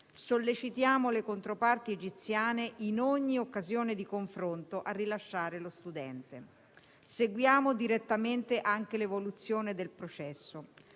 sollecitiamo le controparti egiziane in ogni occasione di confronto a rilasciare lo studente. Seguiamo direttamente anche l'evoluzione del processo.